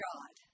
God